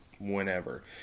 Whenever